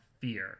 fear